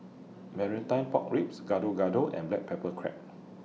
Marmite Pork Ribs Gado Gado and Black Pepper Crab